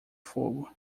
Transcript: fogo